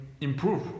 improve